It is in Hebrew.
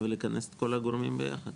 ולכנס את כל הגורמים יחד.